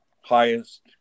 highest